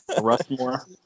Rushmore